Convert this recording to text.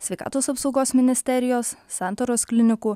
sveikatos apsaugos ministerijos santaros klinikų